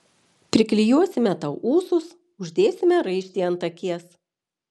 priklijuosime tau ūsus uždėsime raištį ant akies